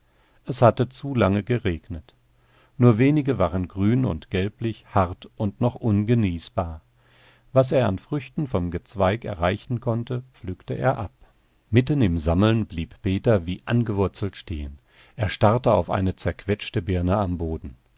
es hatte zu lange geregnet nur wenige waren grün und gelblich hart und noch ungenießbar was er an früchten vom gezweig erreichen konnte pflückte er ab mitten im sammeln blieb peter wie angewurzelt stehen er starrte auf eine zerquetschte birne am boden